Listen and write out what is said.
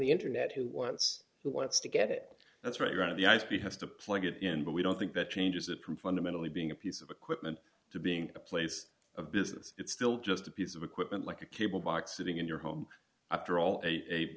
the internet who wants who wants to get it that's right out of the ip has to plug it in but we don't think that changes it from fundamentally being a piece of equipment to being a place of business it's still just a piece of equipment like a cable box sitting in your home after all a